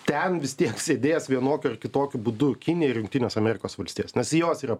ten vis tiek sėdės vienokiu ar kitokiu būdu kinija ir jungtinės amerikos valstijos nes jos yra